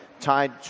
tied